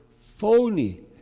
phony